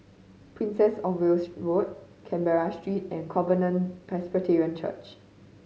Princess Of Wales Road Canberra Street and Covenant Presbyterian Church